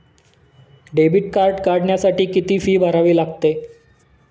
Debit card काढण्यासाठी किती fee भरावी लागते?